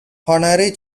honorary